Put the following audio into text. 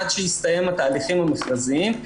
עד שהסתיים התהליכים המכרזיים,